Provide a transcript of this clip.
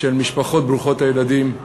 של המשפחות ברוכות הילדים,